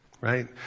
Right